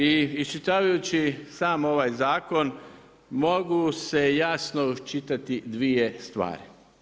I iščitavajući sam ovaj zakon mogu se jasno iščitati dvije stvari.